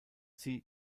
sie